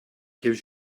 gives